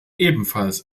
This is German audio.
ebenfalls